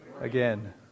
again